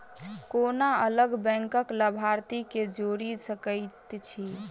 कोना अलग बैंकक लाभार्थी केँ जोड़ी सकैत छी?